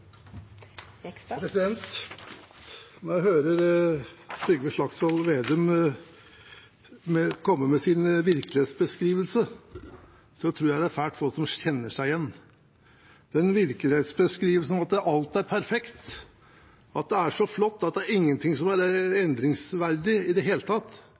Når jeg hører Trygve Slagsvold Vedum komme med sin virkelighetsbeskrivelse, tror jeg det er svært få som kjenner seg igjen. Virkelighetsbeskrivelsen om at alt er perfekt, at det er så flott, og at ingen ting er endringsverdig i det hele tatt,